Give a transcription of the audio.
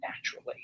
naturally